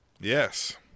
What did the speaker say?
Yes